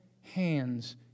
hands